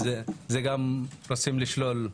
רוצים לשלול.